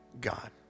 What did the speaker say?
God